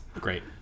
Great